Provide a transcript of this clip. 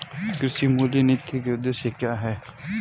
कृषि मूल्य नीति के उद्देश्य क्या है?